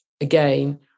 again